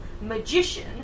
magician